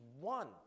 one